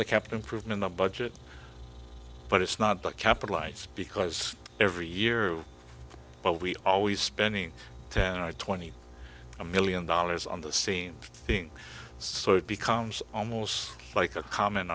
the cap improvement the budget but it's not the capital ice because every year but we always spending ten or twenty a million dollars on the scene thing so it becomes almost like a common